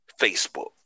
Facebook